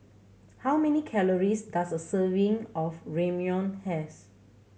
how many calories does a serving of Ramyeon have